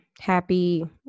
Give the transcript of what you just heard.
happy